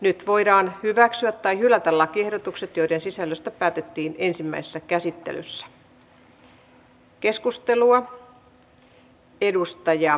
nyt voidaan hyväksyä tai hylätä lakiehdotukset joiden sisällöstä päätettiin ensimmäisessä käsittelyssä